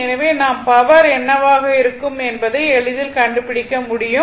எனவே நாம் பவர் என்னவாக இருக்கும் என்பதை எளிதில் கண்டுபிடிக்க முடியும்